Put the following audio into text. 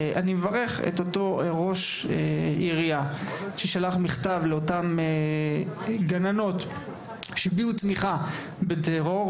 אני מברך את אותו ראש עירייה ששלח מכתב לאותן גננות שהביעו תמיכה בטרור,